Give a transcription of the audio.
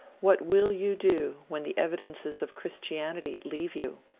what will you do when the evidences of christianity leave you?